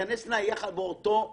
תיכנסנה יחד באותו מועד,